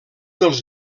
dels